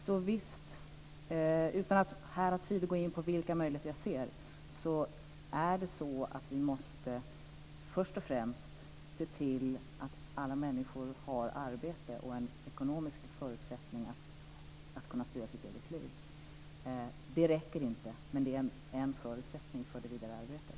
Så visst - utan att här ha tid att gå in på vilka möjligheter jag ser måste vi först och främst se till att alla människor har arbete och en ekonomisk förutsättning att styra sitt eget liv. Det räcker inte, men det är en förutsättning för det vidare arbetet.